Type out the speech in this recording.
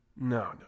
no